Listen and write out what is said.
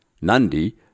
Nandi